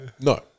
No